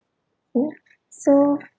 okay so